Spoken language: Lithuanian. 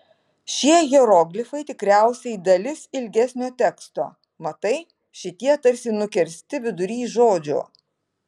šie hieroglifai tikriausiai dalis ilgesnio teksto matai šitie tarsi nukirsti vidury žodžio